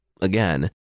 Again